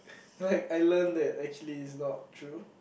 like I learned that actually it's not true